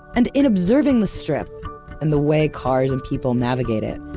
and in observing the strip and the way cars and people navigate it,